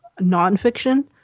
nonfiction